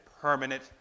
permanent